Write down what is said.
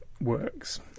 Works